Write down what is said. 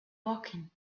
woking